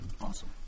Awesome